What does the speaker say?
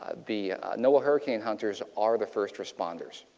ah the you know hurricane hunters are the first responders.